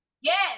Yes